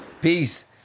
Peace